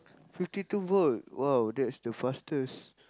fifty two volt !wow! that's the fastest